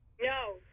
No